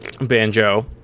Banjo